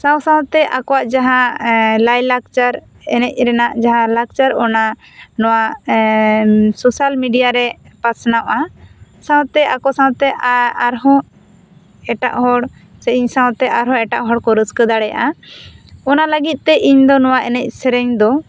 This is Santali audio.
ᱥᱟᱶ ᱥᱟᱶ ᱛᱮ ᱟᱠᱚᱣᱟᱜ ᱢᱟᱦᱟᱸ ᱞᱟᱭ ᱞᱟᱠᱪᱟᱨ ᱮᱱᱮᱡ ᱨᱮᱱᱟᱜ ᱢᱟᱦᱟᱸ ᱞᱟᱠᱪᱟᱨ ᱚᱱᱟ ᱱᱚᱣᱟ ᱥᱚᱥᱟᱞ ᱢᱤᱰᱤᱭᱟ ᱨᱮ ᱯᱟᱥᱱᱟᱜᱼᱟ ᱥᱟᱶᱛᱮ ᱟᱠᱚ ᱥᱟᱶᱛᱮ ᱟᱨᱦᱚᱸ ᱮᱴᱟᱜ ᱦᱚᱲ ᱥᱮ ᱤᱧ ᱥᱟᱶᱛᱮ ᱟᱨᱦᱚᱸ ᱮᱴᱟᱜ ᱦᱚᱲ ᱠᱚ ᱨᱟᱹᱥᱠᱟᱹ ᱫᱟᱲᱮᱭᱟᱜᱼᱟ ᱚᱱᱟ ᱞᱟᱹᱜᱤᱫ ᱛᱮ ᱤᱧ ᱫᱚ ᱱᱚᱣᱟ ᱮᱱᱮᱡ ᱥᱮᱨᱮᱧ ᱫᱚ